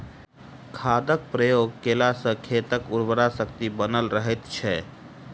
खादक प्रयोग कयला सॅ खेतक उर्वरा शक्ति बनल रहैत छै